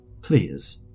please